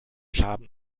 schaden